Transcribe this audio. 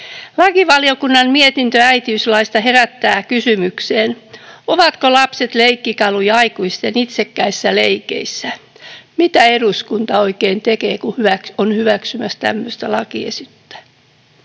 ”Lakivaliokunnan mietintö äitiyslaista herättää kysymyksen, ovatko lapset leikkikaluja aikuisten itsekkäissä leikeissä. Mitä eduskunta oikein tekee, kun on hyväksymässä tämmöistä lakiesitystä?